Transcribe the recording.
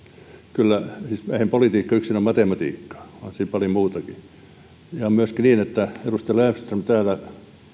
siis eihän politiikka ole yksin matematiikkaa onhan siinä paljon muutakin on myöskin niin että edustaja löfström täällä